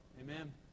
amen